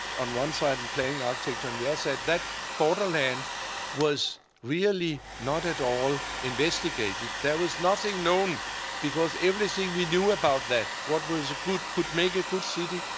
on one side and planning architecture on the other ah side, that borderland was really not at all investigated. there was nothing known because everything we knew about that, what was good, could make a good city,